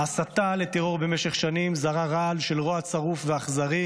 ההסתה לטרור במשך שנים זרעה רעל של רוע צרוף ואכזרי,